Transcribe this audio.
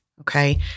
Okay